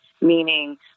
meaning